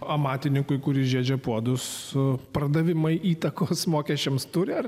amatininkui kuris žiedžia puodus su pardavimai įtakos mokesčiams turi ar